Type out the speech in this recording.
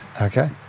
Okay